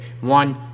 One